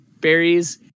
berries